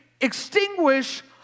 extinguish